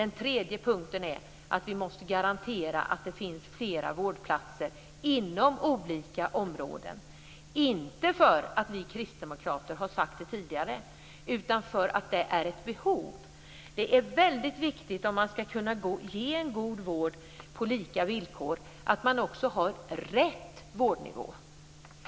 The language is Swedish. Den tredje punkten är att vi måste garantera att det finns flera vårdplatser inom olika områden, inte för att vi kristdemokrater har sagt det tidigare utan för att det är ett behov. Det är väldigt viktigt om man ska kunna ge en god vård på lika villkor att man också har rätt vårdnivå.